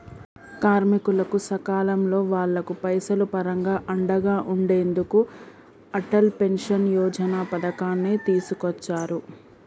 కార్మికులకు సకాలంలో వాళ్లకు పైసలు పరంగా అండగా ఉండెందుకు అటల్ పెన్షన్ యోజన పథకాన్ని తీసుకొచ్చారు